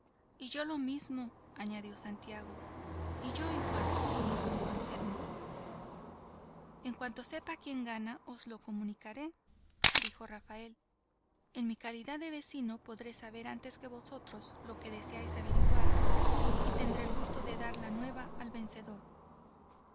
y yo lo mismo añadió santiago y yo igual murmuró anselmo en cuanto sepa quién gana os lo comunicaré dijo rafael en mi calidad de vecino podré saber antes que vosotros lo que deseáis averiguar y tendré el gusto en dar la nueva al vencedor